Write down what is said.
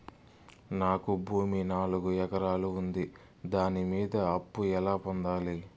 నాకు భూమి నాలుగు ఎకరాలు ఉంది దాని మీద అప్పు ఎలా పొందాలి?